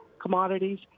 commodities